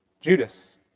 Judas